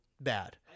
bad